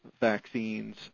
vaccines